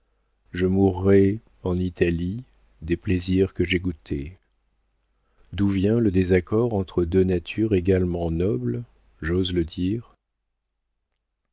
je mourrai en italie des plaisirs que j'ai goûtés d'où vient le désaccord entre deux natures également nobles j'ose le dire